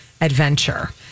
adventure